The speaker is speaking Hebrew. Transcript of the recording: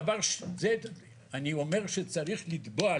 אני אומר שצריך לתבוע,